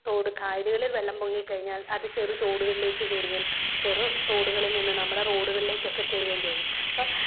തോട് കായലുകളിൽ വെള്ളം പൊങ്ങി കഴിഞ്ഞാൽ അത് ചെറു തോടുകളിലേക്ക് കയറുകയും ചെറു തോടുകളിൽ നിന്ന് നമ്മുടെ റോഡുകളിലെക്കൊക്കെ കയറുകയും ചെയ്യുന്നു അപ്പം